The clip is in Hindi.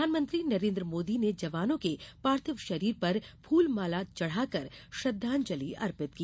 प्रधानमंत्री नरेंद्र मोदी ने जवानों के पार्थिव शरीर पर फूलमाला चढ़ाकर श्रद्दांजलि अर्पित की